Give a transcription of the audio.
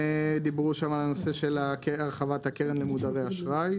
דיברו שם גם על הנושא של הרחבת הקרן למודרי אשראי.